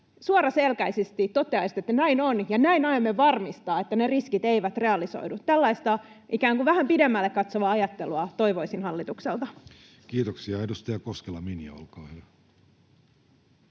suoraselkäisesti toteaisitte, että näin on ja näin aiomme varmistaa, että ne riskit eivät realisoidu. Tällaista ikään kuin vähän pidemmälle katsovaa ajattelua toivoisin hallitukselta. Kiitoksia. — Edustaja Koskela, Minja, olkaa hyvä.